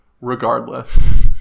regardless